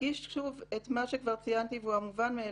אדגיש שוב את מה שכבר ציינתי והוא המובן מאליו: